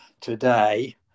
today